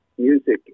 Music